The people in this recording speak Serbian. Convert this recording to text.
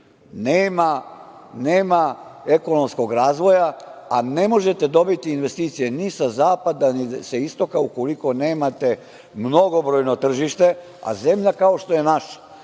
nema ekonomskog razvoja, a ne možete dobiti investicije ni sa Zapada, ni sa Istoka ukoliko nemate mnogobrojno tržište. Zemlja kao što je naša,